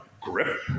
Grip